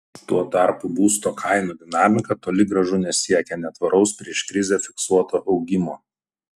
tuo tarpu būsto kainų dinamika toli gražu nesiekia netvaraus prieš krizę fiksuoto augimo